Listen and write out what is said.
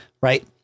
right